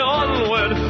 onward